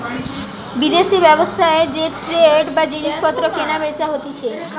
বিদেশি ব্যবসায় যে ট্রেড বা জিনিস পত্র কেনা বেচা হতিছে